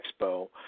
Expo